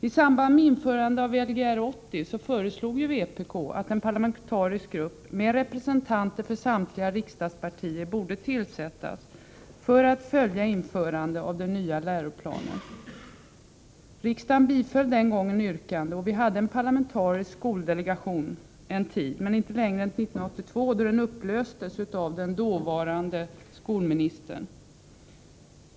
I samband med införandet av Lgr 80 föreslog vpk att en parlamentarisk grupp med representanter för samtliga riksdagspartier borde tillsättas för att följa införandet av den nya läroplanen. Riksdagen biföll den gången yrkandet, och vi hade en parlamentarisk skoldelegation en tid men inte längre än till 1982, då den upplöstes av den dåvarande skolministern.